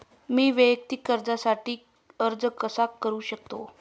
मी वैयक्तिक कर्जासाठी अर्ज कसा करु शकते?